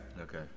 Okay